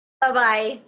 Bye-bye